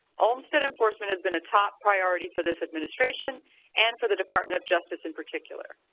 olmstead enforcement has been a top priority for this administration and for the department of justice in particular.